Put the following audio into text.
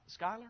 Skyler